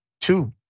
Two